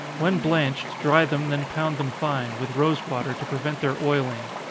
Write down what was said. when blanched, dry them, then pound them fine, with rosewater, to prevent their oiling.